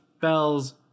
bells